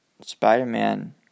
Spider-Man